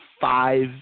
five